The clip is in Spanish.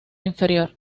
interior